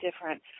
different